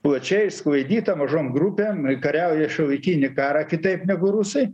plačiai išsklaidyta mažom grupėm kariauja šiuolaikinį karą kitaip negu rusai